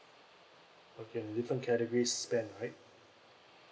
okay different categories spent right